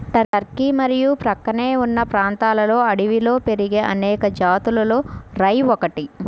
Turkey మరియు ప్రక్కనే ఉన్న ప్రాంతాలలో అడవిలో పెరిగే అనేక జాతులలో రై ఒకటి